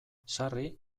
sarri